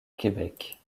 québec